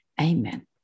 amen